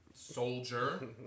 Soldier